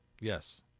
Yes